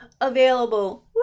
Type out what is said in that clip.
available